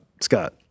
Scott